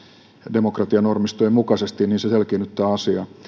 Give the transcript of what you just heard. demokratianormistojen mukaisesti niin se selkiinnyttää asiaa